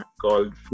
called